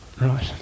Right